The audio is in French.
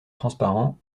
transparent